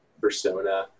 persona